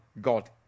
God